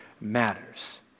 matters